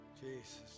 Jesus